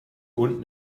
unten